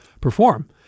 perform